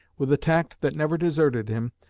with a tact that never deserted him,